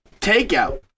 takeout